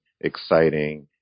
exciting